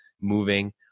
moving